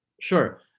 Sure